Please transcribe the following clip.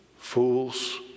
fools